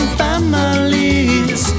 families